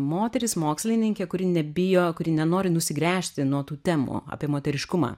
moteris mokslininkė kuri nebijo kuri nenori nusigręžti nuo tų temų apie moteriškumą